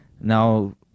now